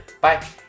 bye